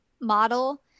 model